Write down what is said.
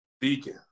Deacon